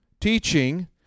teaching